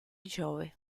giove